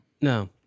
No